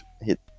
hit